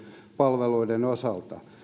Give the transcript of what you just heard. palveluiden osalta